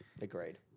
Agreed